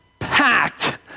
packed